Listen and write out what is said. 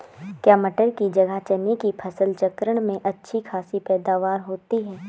क्या मटर की जगह चने की फसल चक्रण में अच्छी खासी पैदावार होती है?